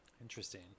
Interesting